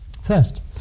First